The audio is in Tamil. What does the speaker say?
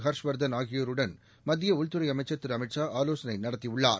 ஹர்ஷ் வர்தன் ஆகியோருடன் மத்திய உள்துறை அமைச்சர் திருஅமித் ஷா ஆலோசனை நடத்தியுள்ளார்